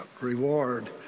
reward